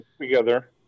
together